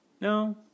No